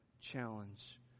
challenge